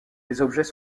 objets